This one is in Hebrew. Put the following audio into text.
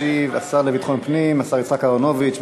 ישיב השר לביטחון הפנים, השר יצחק אהרונוביץ.